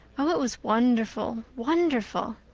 oh, it was wonderful wonderful.